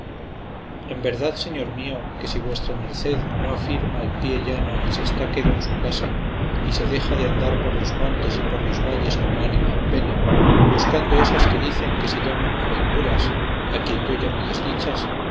en verdad señor mío que si vuesa merced no afirma el pie llano y se está quedo en su casa y se deja de andar por los montes y por los valles como ánima en pena buscando esas que dicen que se llaman aventuras a quien yo llamo desdichas